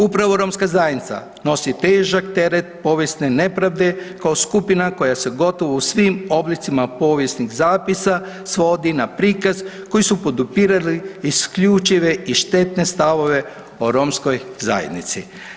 Upravo romska zajednica nosi težak teret povijesne nepravde kao skupina koja se gotovo u svim oblicima povijesnih zapisa, svodi na prikaz koji su podupirali isključive i štetne stavove o romskoj zajednici.